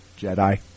Jedi